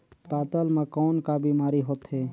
पातल म कौन का बीमारी होथे?